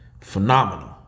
Phenomenal